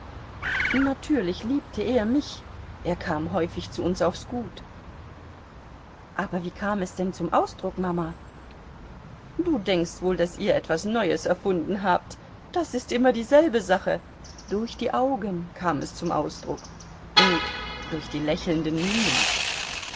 natürlich liebte er mich er kam häufig zu uns aufs gut aber wie kam es denn zum ausdruck mama du denkst wohl daß ihr etwas neues erfunden habt das ist immer dieselbe sache durch die augen kam es zum ausdruck und durch die lächelnden mienen